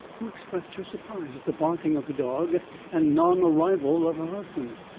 who expressed her surprise at the barking of the dog and non-arrival of her husband.